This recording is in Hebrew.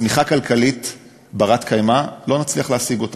צמיחה כלכלית בת-קיימא, לא נצליח להשיג אותה.